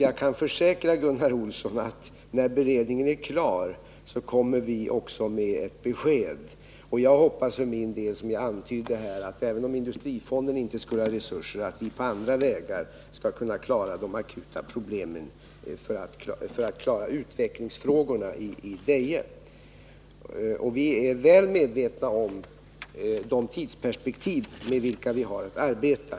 Jag kan försäkra Gunnar Olsson att vi när beredningen är klar också kommer med ett besked. Om industrifonden inte skulle ha resurser hoppas jag, som jag antydde att förbättra sysselsättningsläget i Värmlands län tidigare, att vi på andra vägar skall kunna klara de akuta problemen när det gäller utvecklingsfrågorna i Deje. Vi är väl medvetna om de tidsperspektiv med vilka vi har att arbeta.